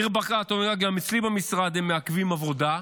ניר ברקת אומר: גם אצלי במשרד הם מעכבים עבודה,